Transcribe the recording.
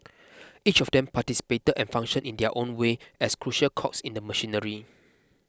each of them participated and functioned in their own way as crucial cogs in the machinery